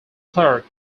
clerk